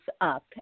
up